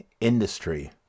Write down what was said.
industry